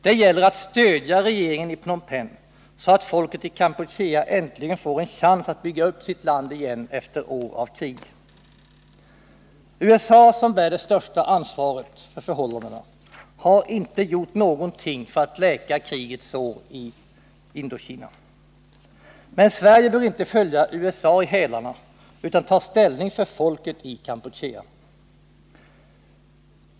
Det gäller att stödja regeringen i Phnom Penh så att folket i Kampuchea äntligen får en chans att bygga upp sitt land igen efter år av krig. USA, som bär det största ansvaret för förhållandena, har inte gjort någonting för att läka krigets sår i Indokina. Men Sverige bör inte följa USA i hälarna utan ta ställning för folket i Kampuchea.